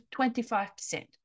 25%